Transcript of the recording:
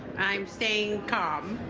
i'm staying calm.